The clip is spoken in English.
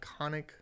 iconic